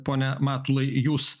pone matulai jūs